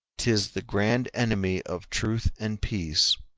tis the grand enemy of truth and peace,